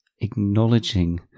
acknowledging